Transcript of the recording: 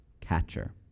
catcher